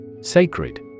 Sacred